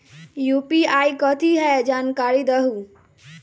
UPI कथी है? जानकारी दहु